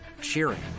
cheering